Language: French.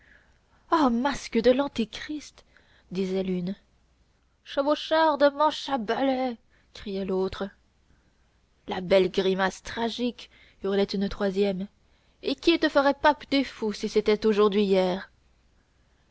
oh masque de l'antéchrist disait l'une chevaucheur de manche à balai criait l'autre la belle grimace tragique hurlait une troisième et qui te ferait pape des fous si c'était aujourd'hui hier